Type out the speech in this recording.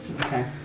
Okay